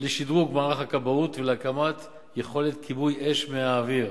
לשדרוג מערך הכבאות ולהקמת יכולת כיבוי אש מהאוויר.